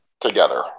together